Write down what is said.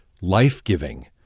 life-giving